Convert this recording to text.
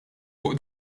fuq